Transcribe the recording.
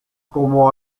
como